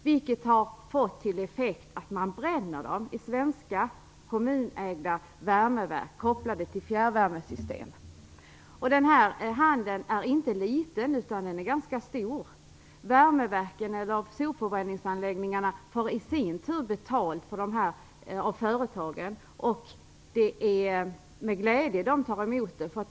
Det har fått till effekt att man bränner dem i svenska kommunägda värmeverk kopplade till fjärrvärmesystem. Den här handeln är inte liten utan ganska stor. Värmeverken eller sopförbränningsanläggningarna får i sin tur betalt av företagen. Det är med glädje de tar emot det.